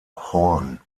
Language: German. horn